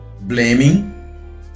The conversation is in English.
blaming